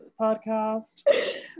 podcast